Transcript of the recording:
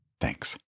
Thanks